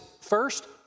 First